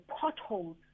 potholes